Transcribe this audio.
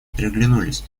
переглянулись